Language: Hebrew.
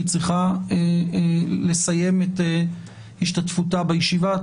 כי היא צריכה לסיים את השתתפותה בישיבה.